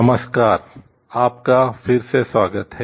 नमस्कार आपका फिरसे स्वागत है